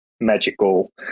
magical